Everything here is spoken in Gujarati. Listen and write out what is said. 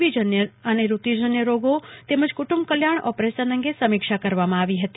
બીઋતુજન્ય રોગોતેમજ કુટુંબ કલ્યાણ ઓપરેશન અંગે સમીક્ષા કરવામાં આવી હતી